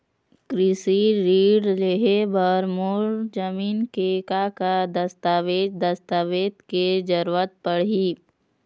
कृषि ऋण लेहे बर मोर जमीन के का दस्तावेज दस्तावेज के जरूरत पड़ही?